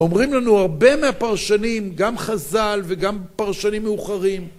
אומרים לנו הרבה מהפרשנים, גם חז״ל וגם פרשנים מאוחרים